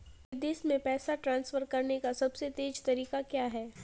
विदेश में पैसा ट्रांसफर करने का सबसे तेज़ तरीका क्या है?